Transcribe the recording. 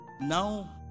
Now